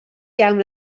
iawn